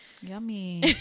Yummy